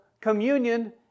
communion